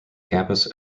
campus